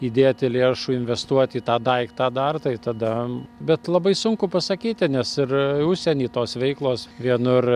įdėti lėšų investuoti į tą daiktą dar tai tada bet labai sunku pasakyti nes ir užsieny tos veiklos vienur